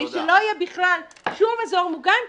כדי שלא יהיה בכלל שום אזור מוגן,